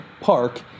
park